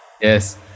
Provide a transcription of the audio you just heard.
Yes